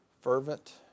Fervent